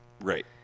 Right